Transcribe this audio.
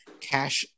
cash